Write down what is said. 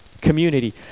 Community